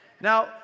Now